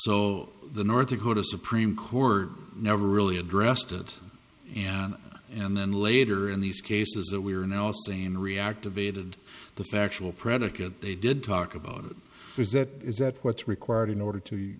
so the north dakota supreme court never really addressed it and and then later in these cases that we are and also saying reactivated the factual predicate they did talk about it is that is that what's required in order to